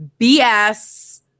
BS